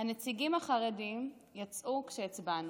הנציגים החרדים יצאו כשהצבענו,